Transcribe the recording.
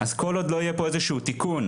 כל עוד לא יהיה פה איזשהו תיקון,